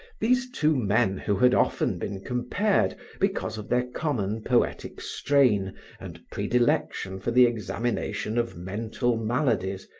these two men who had often been compared because of their common poetic strain and predilection for the examination of mental maladies,